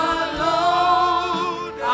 alone